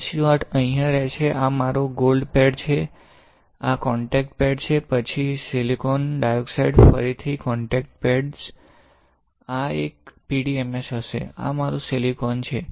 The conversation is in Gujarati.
SU 8 અહીં રહેશે આ મારો ગોલ્ડ પેડ છે આ કોંટેક્ટ પેડ્સ છે પછી સિલિકોન ડાયોક્સાઇડ ફરીથી કોંટેક્ટ પેડ્સ આ એક PDMS હશે આ મારું સિલિકોન છે